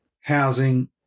housing